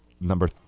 Number